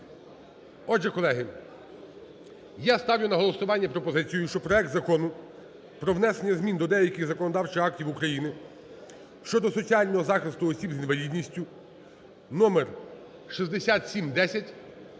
Отже, колеги, я ставлю на голосування пропозицію, щоб проект Закону про внесення змін до деяких законодавчих актів України (щодо соціального захисту осіб з інвалідністю) (номер 6710)